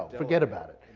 forget about it.